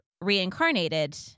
reincarnated